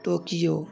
Tokyo